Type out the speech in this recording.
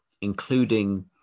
including